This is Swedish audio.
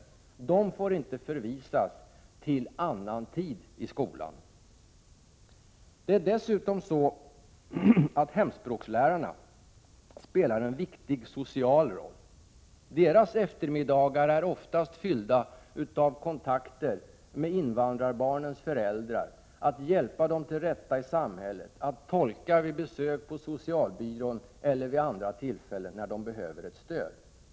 Dessa lärare får inte förvisas till annan tid i skolan. Hemspråkslärarna spelar en viktig social roll. Deras eftermiddagar är oftast fyllda med kontakter med invandrarbarnens föräldrar, med att hjälpa dem till rätta i samhället, tolka vid besök på socialbyrån eller vid andra tillfällen då de behöver stöd.